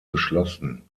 geschlossen